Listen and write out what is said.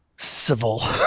civil